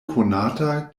konata